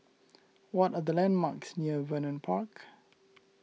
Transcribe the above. what are the landmarks near Vernon Park